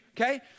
okay